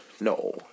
No